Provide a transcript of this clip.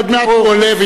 עוד מעט הוא עולה,